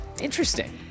Interesting